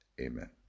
Amen